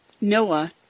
noah